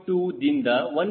2 ದಿಂದ 1